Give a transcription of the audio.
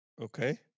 okay